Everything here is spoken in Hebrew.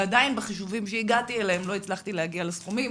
ועדיין בחישובים שהגעתי אליהם לא הצלחתי להגיע לסכומים